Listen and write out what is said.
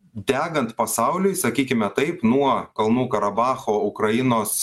degant pasauliui sakykime taip nuo kalnų karabacho ukrainos